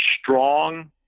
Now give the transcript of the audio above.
strong